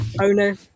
owner